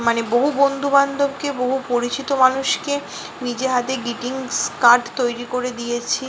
মানে বহু বন্ধু বান্ধবকে বহু পরিচিত মানুষকে নিজে হাতে গ্রিটিংস কার্ড তৈরি করে দিয়েছি